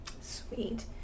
Sweet